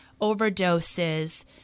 overdoses